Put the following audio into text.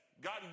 God